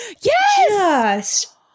yes